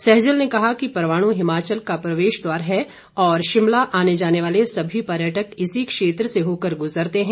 सहजल ने कहा कि परवाणू हिमाचल का प्रवेश द्वार है और शिमला आने जाने वाले सभी पर्यटक इसी क्षेत्र से होकर गुजरते है